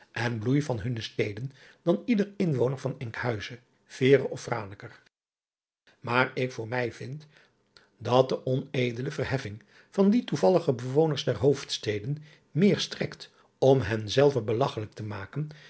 en bloei van hunne steden dan ieder inwoner van nkhuizen ere of raneker aar ik voor mij vind dat de onedele verheffing van die toevallige bewoners der oofdsteden meer strekt om hen zelve belagchelijk te maken